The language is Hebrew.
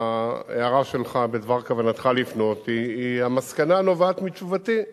ההערה שלך בדבר כוונתך לפנות היא המסקנה הנובעת מתשובתי,